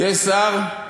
יש שר?